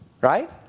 Right